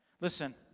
listen